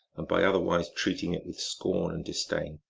and by other wise treating it with scorn and disdain.